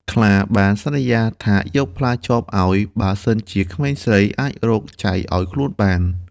ខ្លាបានសន្យាថាយកផ្លែចបឲ្យ បើសិនជាក្មេងស្រីអាចរកចៃឲ្យខ្លួនបាន។